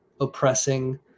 oppressing